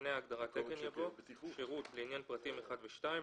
לפני הגדרת "תקן" יבוא: "שירות" לעניין פרטים (1) ו-(2),